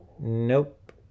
Nope